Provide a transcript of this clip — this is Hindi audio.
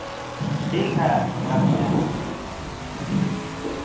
ठीक है रखते हैं मनो